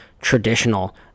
traditional